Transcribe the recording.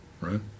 right